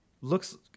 looks